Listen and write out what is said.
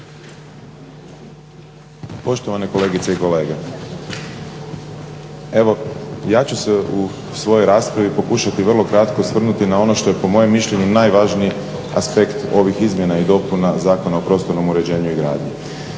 Poštovane kolegice i kolege. Evo ja ću se u svojoj raspravi pokušati vrlo kratko osvrnuti na ono što je po mom mišljenju najvažniji aspekt ovih izmjena i dopuna Zakona o prostornom uređenju i gradnji.